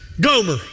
Gomer